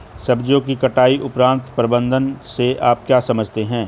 सब्जियों की कटाई उपरांत प्रबंधन से आप क्या समझते हैं?